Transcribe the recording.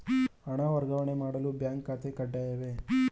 ಹಣ ವರ್ಗಾವಣೆ ಮಾಡಲು ಬ್ಯಾಂಕ್ ಖಾತೆ ಕಡ್ಡಾಯವೇ?